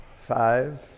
Five